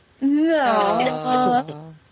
No